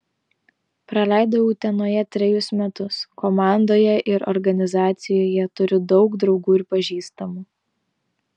praleidau utenoje trejus metus komandoje ir organizacijoje turiu daug draugų ir pažįstamų